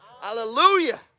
Hallelujah